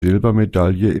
silbermedaille